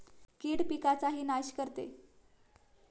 कीड पिकाचाही नाश करते